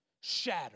shatter